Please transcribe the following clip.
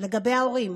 לגבי ההורים,